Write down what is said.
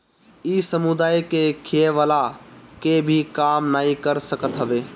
इ समुदाय के खियवला के भी काम नाइ कर सकत हवे